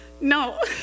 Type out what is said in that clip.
No